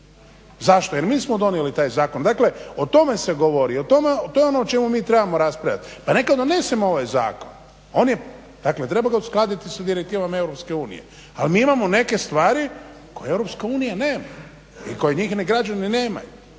Zašto? Jel mi smo donijeli taj zakon. Dakle o tome se govori, to je ono o čemu mi trebamo raspravljati. Pa neka donesemo ovaj zakon, dakle treba ga uskladiti sa direktivom EU, ali mi imamo neke stvari koje EU nema i koje njihovi građani nemaju.